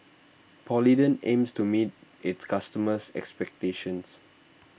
Polident aims to meet its customers' expectations